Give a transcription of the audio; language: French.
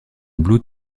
blot